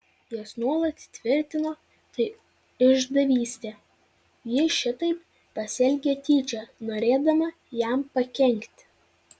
jis nuolat tvirtino tai išdavystė ji šitaip pasielgė tyčia norėdama jam pakenkti